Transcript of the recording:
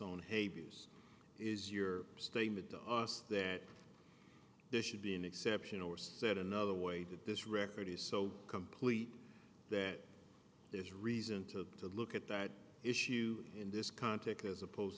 haber's is your statement to us that there should be an exception or said another way that this record is so complete that there's reason to to look at that issue in this context as opposed